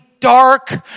dark